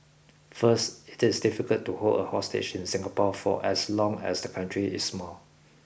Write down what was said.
first it is difficult to hold a hostage in Singapore for as long as the country is small